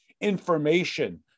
information